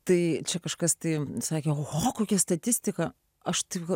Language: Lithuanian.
tai čia kažkas tai sakė oho kokia statistika aš tai ga